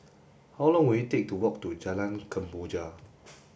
how long will it take to walk to Jalan Kemboja